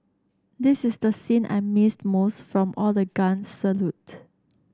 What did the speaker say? this is the scene I missed most from all the guns salute